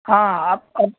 हाँ आप अब